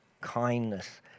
kindness